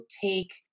take